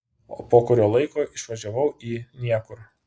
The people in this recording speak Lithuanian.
o po kurio laiko išvažiavau į niekur